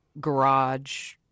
garage